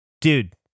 Dude